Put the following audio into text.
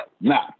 Now